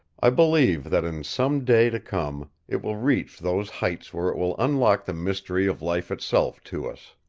i believe that in some day to come it will reach those heights where it will unlock the mystery of life itself to us.